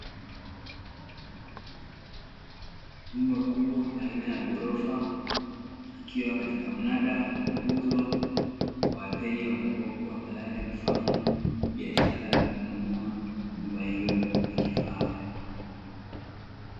Nyumba kubwa aina ya ghorofa, ikiwa katika mnada wa kuuzwa, kwa wateja watakaokuwa tayari kufanya biashara, ya kununua nyumba hiyo ya kifahari.